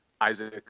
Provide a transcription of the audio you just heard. Isaac